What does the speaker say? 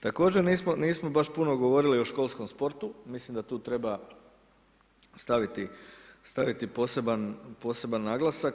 Također nismo baš puno govorili o školskom sportu, mislim da tu treba staviti poseban naglasak.